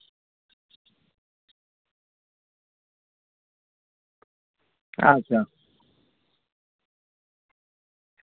ᱟᱪᱪᱷᱟ